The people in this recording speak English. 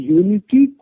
unity